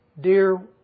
dear